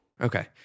Okay